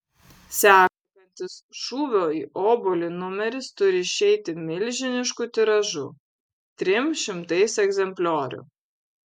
sekantis šūvio į obuolį numeris turi išeiti milžinišku tiražu trim šimtais egzempliorių